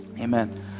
Amen